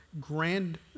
grand